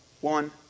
one